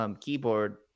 keyboard